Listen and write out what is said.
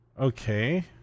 Okay